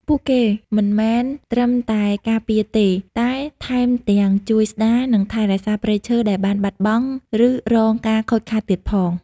ពួកគេមិនមែនត្រឹមតែការពារទេ តែថែមទាំងជួយស្ដារ និងថែរក្សាព្រៃឈើដែលបានបាត់បង់ ឬរងការខូចខាតទៀតផង។